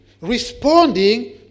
responding